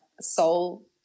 soul